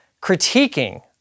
critiquing